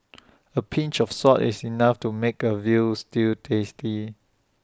A pinch of salt is enough to make A Veal Stew tasty